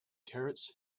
terence